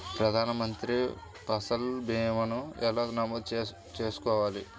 ప్రధాన మంత్రి పసల్ భీమాను ఎలా నమోదు చేసుకోవాలి?